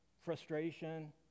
frustration